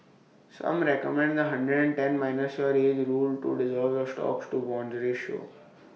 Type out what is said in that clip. some recommend the hundred and ten minus your age rule to derive your stocks to bonds ratio